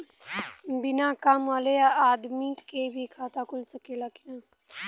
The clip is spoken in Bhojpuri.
बिना काम वाले आदमी के भी खाता खुल सकेला की ना?